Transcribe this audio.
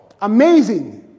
Amazing